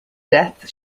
death